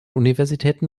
universitäten